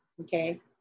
okay